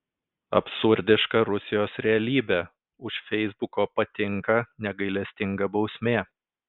absurdiška rusijos realybė už feisbuko patinka negailestinga bausmė